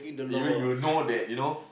even you know that you know